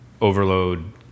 overload